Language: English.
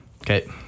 Okay